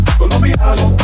colombiano